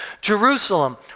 Jerusalem